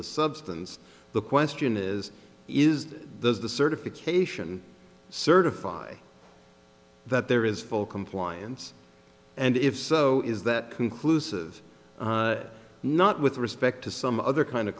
the substance the question is is does the certification certify that there is full compliance and if so is that conclusive not with respect to some other kind of